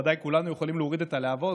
בוודאי כולנו יכולים להוריד את הלהבות,